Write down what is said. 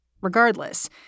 Regardless